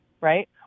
right